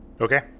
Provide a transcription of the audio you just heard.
Okay